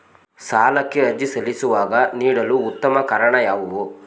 ಸಾಲಕ್ಕೆ ಅರ್ಜಿ ಸಲ್ಲಿಸುವಾಗ ನೀಡಲು ಉತ್ತಮ ಕಾರಣ ಯಾವುದು?